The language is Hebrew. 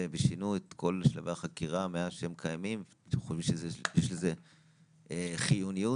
אני שמחה על זה שהצוות מוכשר שוב,